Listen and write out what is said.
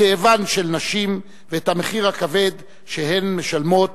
כאבן של נשים ואת המחיר הכבד שהן משלמות,